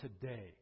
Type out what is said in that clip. today